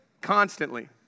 constantly